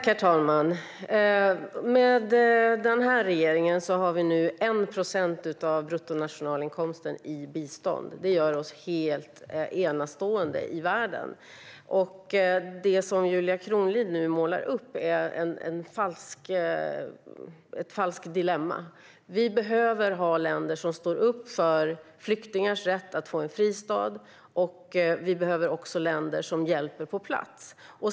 Herr talman! Den här regeringen har gjort att 1 procent av bruttonationalinkomsten går till bistånd. Det gör oss helt enastående i världen. Vad Julia Kronlid nu målar upp är ett falskt dilemma. Det behövs länder som står upp för flyktingars rätt att få en fristad. Det behövs också länder som hjälper på plats.